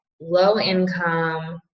low-income